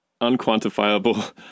unquantifiable